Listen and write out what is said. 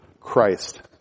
Christ